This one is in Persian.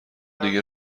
دیگه